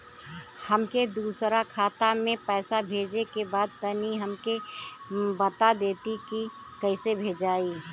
हमके दूसरा खाता में पैसा भेजे के बा तनि हमके बता देती की कइसे भेजाई?